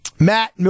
Matt